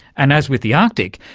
and, as with the arctic,